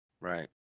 Right